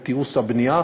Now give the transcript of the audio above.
את תיעוש הבנייה,